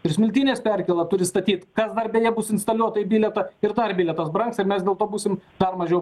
ir smiltynės perkėla turi statyt kas dar beje bus instaliuota į bilietą ir ar bilietas brangs ir mes dėl to būsim dar mažiau